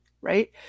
right